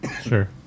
sure